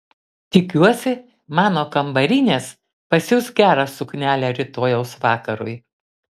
tikiuosi mano kambarinės pasiūs gerą suknelę rytojaus vakarui